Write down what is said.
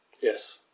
Yes